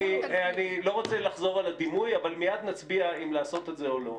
אני לא רוצה לחזור על הדימוי אבל מייד נצביע אם לעשות את זה או לא.